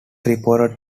reported